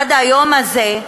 עד היום הזה,